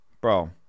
bro